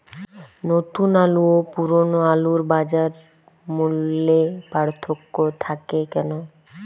নতুন আলু ও পুরনো আলুর বাজার মূল্যে পার্থক্য থাকে কেন?